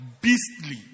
Beastly